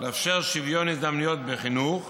לאפשר שוויון הזדמנויות בחינוך,